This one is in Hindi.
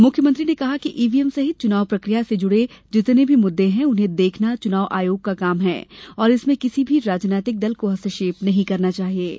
मुख्यमंत्री ने कहा कि ईवीएम सहित चुनाव प्रकिया से जुड़े जितने भी मुद्दे हैं उन्हें देखना चुनाव आयोग का काम है और इसमें किसी भी राजनैतिक दल को हस्तक्षेप नहीं करना चाहिये